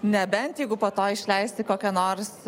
nebent jeigu po to išleisi kokią nors